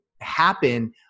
happen